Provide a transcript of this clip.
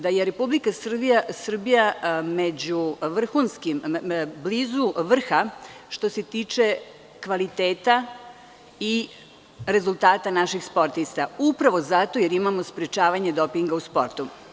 Da je RS među vrhunskim, blizu vrha što se tiče kvaliteta i rezultata naših sportista upravo zato jer imamo sprečavanje dopinga u sportu.